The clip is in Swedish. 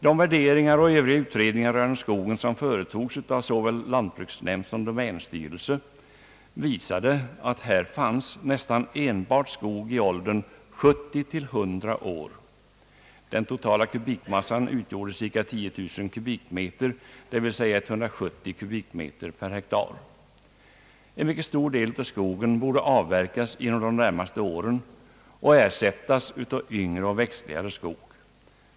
De värderingar och övriga utredningar rörande skogen, som företogs av såväl lantbruksnämnd som domänstyrelse, visade att här fanns nästan enbart skog i åldern 70—100 år. Den totala kubikmassan utgjorde cirka 10 000 kubikmeter, dvs. 170 kubikmeter per hektar. En mycket stor del av skogen borde avverkas inom de närmaste åren och ersättas av yngre och växtligare skog.